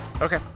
Okay